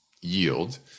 yield